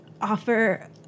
offer